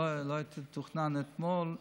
לא תוכנן אתמול,